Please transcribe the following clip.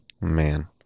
Man